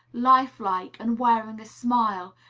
life-like, and wearing a smile,